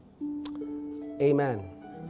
Amen